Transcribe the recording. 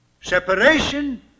separation